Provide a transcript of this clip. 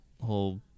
whole